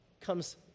comes